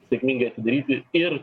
sėkmingai atidaryti ir